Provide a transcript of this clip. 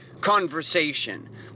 conversation